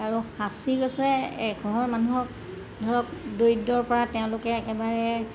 আৰু সাঁচি গছে এঘৰ মানুহক ধৰক দৰিদ্ৰৰপৰা তেওঁলোকে একেবাৰে